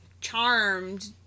Charmed